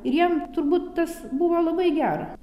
ir jam turbūt tas buvo labai gera